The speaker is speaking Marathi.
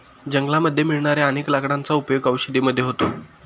जंगलामध्ये मिळणाऱ्या अनेक लाकडांचा उपयोग औषधी मध्ये होतो